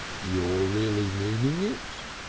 you're really meaning it?